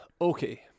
Okay